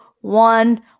one